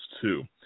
two